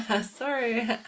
sorry